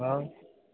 हा